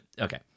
okay